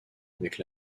avec